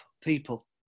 people